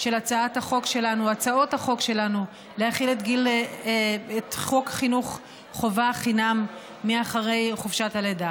של הצעות החוק שלנו להחיל את חוק חינוך חובה חינם אחרי חופשת הלידה.